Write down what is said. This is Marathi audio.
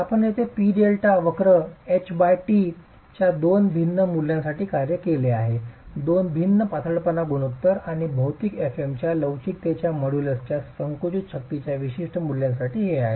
तर आपण येथे पी डेल्टा P delta वक्र एचटी htच्या दोन भिन्न मूल्यांसाठी कार्य केले आहे दोन भिन्न पातळपणा गुणोत्तर आणि भौतिक fm आणि लवचिकतेच्या मॉड्यूलसच्या संकुचित शक्तीच्या विशिष्ट मूल्यांसाठी हे आहेत